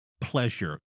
pleasure